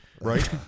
Right